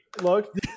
look